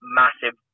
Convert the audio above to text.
massive